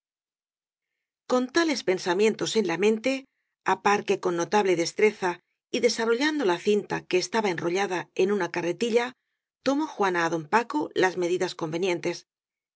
con tales pensamientos en la mente á par que con notable destreza y desarrollando la cinta que estaba enrollada en una carretilla tomó juana á don paco las medidas convenientes